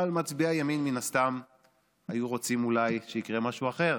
אבל מצביעי הימין מן הסתם היו רוצים אולי שיקרה משהו אחר,